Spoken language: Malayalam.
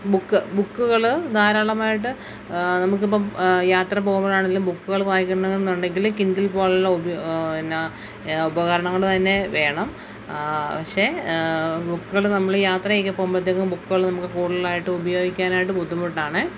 ബുക്ക് ബുക്കുകൾ ധാരാളമായിട്ട് നമുക്കിപ്പം യാത്ര പോകുമ്പാഴാണെങ്കിലും ബുക്കുകൾ വായിക്കണമെന്നുണ്ടെങ്കിൽ കിൻഡിൽ പോലെയുള്ള ഉപ എന്നാൽ ഉപകരണങ്ങൾ തന്നെ വേണം പക്ഷേ ബുക്കുകൾ നമ്മൾ യാത്രയൊക്കെ പോകുമ്പോഴത്തേക്കും ബുക്കുകൾ നമുക്ക് കൂടുതലായിട്ട് ഉപയോഗിക്കാനായിട്ട് ബുദ്ധിമുട്ടാണ്